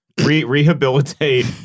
rehabilitate